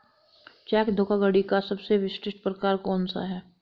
Check धोखाधड़ी का सबसे विशिष्ट प्रकार कौन सा है?